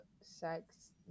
sex